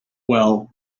well